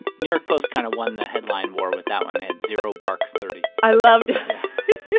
new york post kind of won the headline war with that one. they had zero bark thirty i loved it